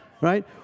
Right